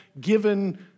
given